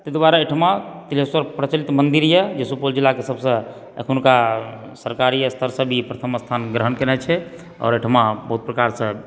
ताहि दुआरे एहिठिमा तिलहेश्वरके प्रचलित मन्दिर यऽ जे सुपौल जिलाके सबसँ अखनुका सरकारी स्तरसँ भी प्रथम स्थान ग्रहण कयने छै आओर ओहिठिमा बहुत प्रकारसँ